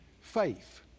Faith